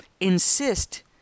insist